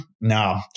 no